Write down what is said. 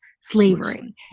slavery